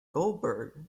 goldberg